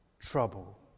trouble